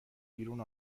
بیرون